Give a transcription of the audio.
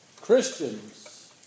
Christians